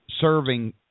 serving